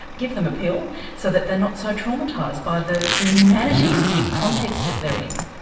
give them a pill so that they're not so traumatised by the inhumanity of the context that they're in.